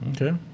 Okay